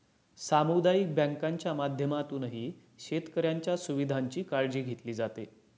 सामुदायिक बँकांच्या माध्यमातूनही शेतकऱ्यांच्या सुविधांची काळजी घेतली जाते